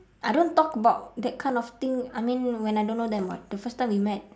I don't talk about that kind of thing I mean when I don't know them [what] the first time we met